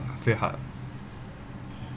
very hard